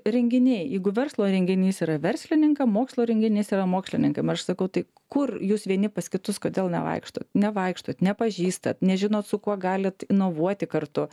renginiai jeigu verslo renginys yra verslininkam mokslo renginys yra mokslininkam ir aš sakau tai kur jūs vieni pas kitus kodėl nevaikštot nevaikštot nepažįstat nežinot su kuo galit inovuoti kartu